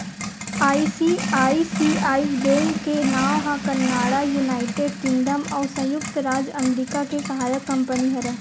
ICICI bank के नांव ह कनाड़ा, युनाइटेड किंगडम अउ संयुक्त राज अमरिका के सहायक कंपनी हरय